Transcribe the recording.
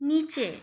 নিচে